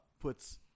puts